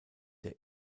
der